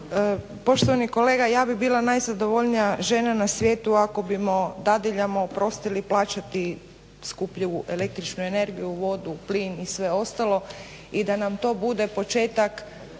Poštovani kolega, ja bih bila najzadovoljnija žena na svijetu ako bismo dadiljama oprostili plaćati skuplju električnu energiju, vodu, plin i sve ostalo i da nam to bude početak